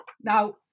Now